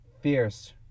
fierce